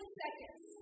seconds